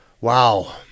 wow